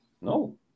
no